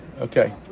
Okay